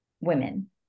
women